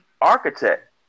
architect